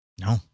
No